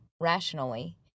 rationally